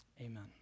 amen